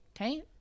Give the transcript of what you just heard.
Okay